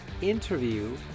interview